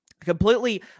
completely